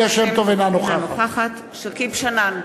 אינה נוכחת שכיב שנאן,